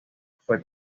fue